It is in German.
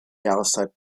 jahreszeit